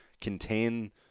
contain